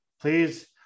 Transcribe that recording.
please